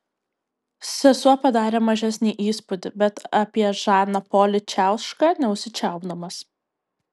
sesuo padarė mažesnį įspūdį bet apie žaną polį čiauška neužsičiaupdamas